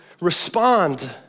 respond